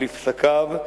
לפסקיו,